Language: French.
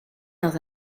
dans